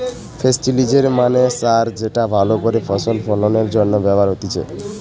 ফেস্টিলিজের মানে সার যেটা ভালো করে ফসল ফলনের জন্য ব্যবহার হতিছে